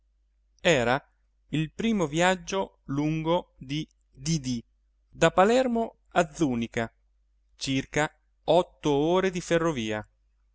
era il primo viaggio lungo di didì da palermo a zùnica circa otto ore di ferrovia